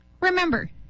Remember